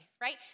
right